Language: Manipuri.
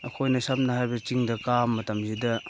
ꯑꯩꯈꯣꯏꯅ ꯁꯝꯅ ꯍꯥꯏꯔꯕꯗ ꯆꯤꯡꯗ ꯀꯥꯕ ꯃꯇꯝꯁꯤꯗ